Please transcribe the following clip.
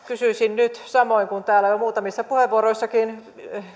kysyisin nyt samoin kuin täällä jo muutamissa puheenvuoroissakin